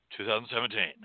2017